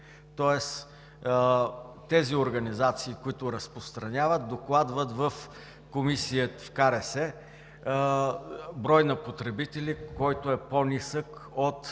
тоест тези организации, които разпространяват, докладват в КРС брой на потребители, който е по-нисък от